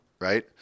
right